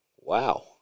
Wow